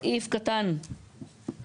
סעיף קטן (ג)(2)